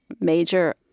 major